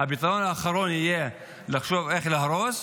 הפתרון האחרון יהיה לחשוב איך להרוס.